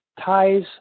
ties